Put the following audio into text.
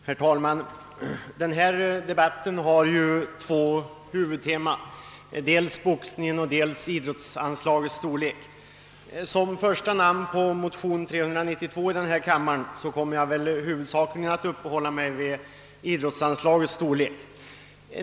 Herr talman! Den här debatten har ju två huvudteman: boxningen och idrottsanslagets storlek. Som första namn på motion II: 392 kommer jag huvudsakligen att uppehålla mig vid idrottsanslagets storlek.